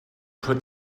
put